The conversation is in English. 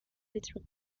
exhibit